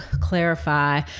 clarify